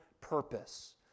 purpose